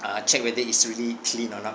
uh check whether it's really clean or not